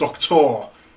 Doctor